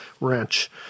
wrench